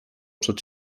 przed